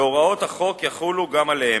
והוראות החוק יחולו גם עליהם.